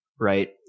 right